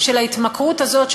של ההתמכרות הזאת,